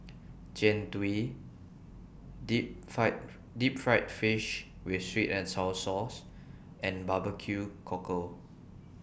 Jian Dui Deep Fried Deep Fried Fish with Sweet and Sour Sauce and Barbecue Cockle